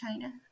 China